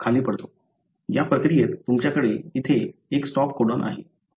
या प्रक्रियेत तुमच्याकडे येथे एक स्टॉप कोडन आहे